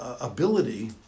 ability